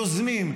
יוזמים,